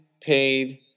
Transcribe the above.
paid